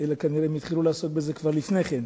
אלא כנראה הם החלו לעסוק בזה כבר לפני כן,